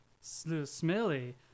smelly